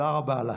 (אומרת בשפת הסימנים: אין בעיה.) תודה רבה לך.